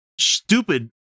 stupid